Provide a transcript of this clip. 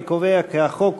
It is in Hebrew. אני קובע כי החוק